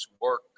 work